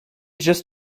just